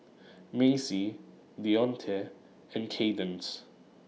Macey Dionte and Kaydence